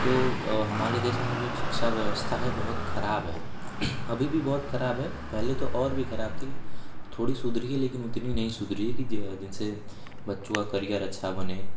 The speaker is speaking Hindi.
तो हमारे देश में जो शिक्षा व्यवस्था है बहुत ख़राब है अभी भी बहुत ख़राब है पहले तो और भी ख़राब थी थोड़ी सुधरी है लेकिन उतनी नहीं सुधरी है कि जि जिनसे बच्चों का करिअर अच्छा बने